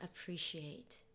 appreciate